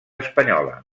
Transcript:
espanyola